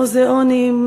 מוזיאונים,